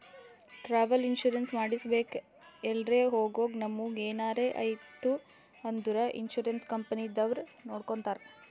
travel insurance ಮಾಡಿಸ್ಬೇಕ್ ಎಲ್ರೆ ಹೊಗಾಗ್ ನಮುಗ ಎನಾರೆ ಐಯ್ತ ಅಂದುರ್ ಇನ್ಸೂರೆನ್ಸ್ ಕಂಪನಿದವ್ರೆ ನೊಡ್ಕೊತ್ತಾರ್